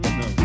no